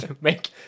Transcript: make